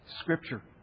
Scripture